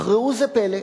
אך ראו זה פלא,